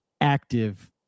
active